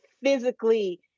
physically